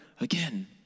again